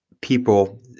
people